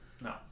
no